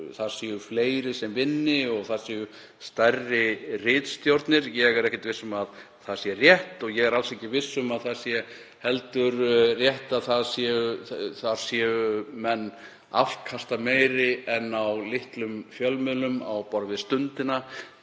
að þar vinni fleiri og þar séu stærri ritstjórnir. Ég er ekkert viss um að það sé rétt og ég er alls ekki viss um að það sé heldur rétt að þar séu menn afkastameiri en á litlum fjölmiðlum á borð við Stundina